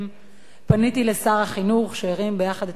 פניתי לשר החינוך, והוא הרים ביחד את הכפפה.